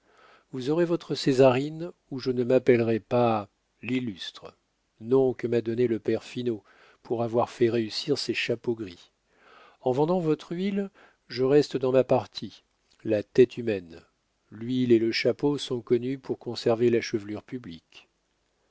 vous aurez votre césarine ou je ne m'appellerai pas l'illustre nom que m'a donné le père finot pour avoir fait réussir ses chapeaux gris en vendant votre huile je reste dans ma partie la tête humaine l'huile et le chapeau sont connus pour conserver la chevelure publique